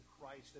Christ